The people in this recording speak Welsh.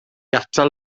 atal